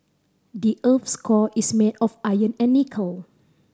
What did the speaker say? the earth's core is made of iron and nickel